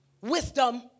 wisdom